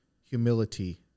humility